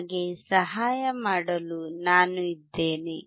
ನಿಮಗೆ ಸಹಾಯ ಮಾಡಲು ನಾನು ಇದ್ದೇನೆ